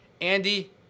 Andy